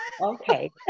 Okay